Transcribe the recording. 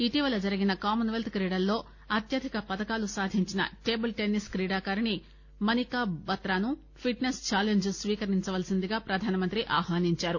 ఇటీవల జరిగిన కామన్వెల్త్ క్రీడల్లో అత్యధిక పతకాలు సాధించిన టేబుల్ టెన్నిస్ క్రీడాకారిణి మనికా బాత్రాను ఫిట్ నెస్ ఛాలెంజ్ స్వీకరించాల్పిందిగా ప్రధానమంత్రి ఆహ్వానించారు